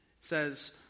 says